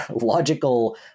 logical